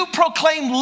proclaim